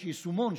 יש יישומון,